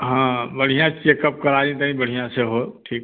हाँ बढ़ियाँ चेकअप कराए दें तनि बढ़ियाँ से हो ठीक